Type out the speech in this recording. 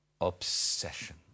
obsession